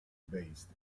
based